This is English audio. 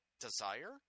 desire